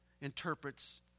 interprets